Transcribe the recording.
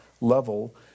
level